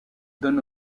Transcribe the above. donne